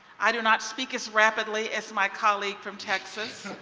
i do not speak as rapidly as my colleague from texas.